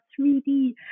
3D